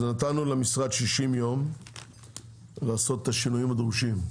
נתנו למשרד 60 יום כדי לעשות את השינויים הדרושים,